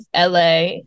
LA